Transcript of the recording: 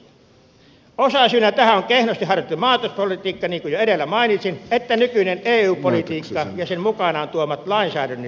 osasyynä tähän on kehnosti harjoitettu maatalouspolitiikka niin kuin jo edellä mainitsin sekä nykyinen eu politiikka ja sen mukanaan tuomat lainsäädännölliset esteet